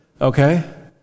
Okay